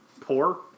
Poor